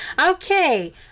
Okay